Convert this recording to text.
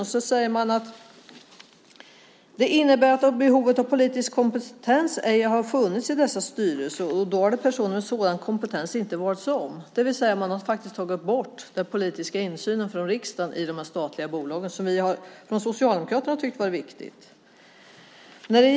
Sedan säger man att det innebär att behovet av politisk kompetens ej har funnits i dessa styrelser. Och då har personer med sådan kompetens inte valts om, det vill säga att man faktiskt har tagit bort den politiska insynen från riksdagen i dessa statliga bolag. Vi från Socialdemokraterna har tyckt att det har varit viktigt.